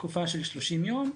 תקופה של 30 יום.